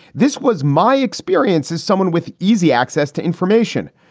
this was my experience as someone with easy access to information.